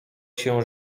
się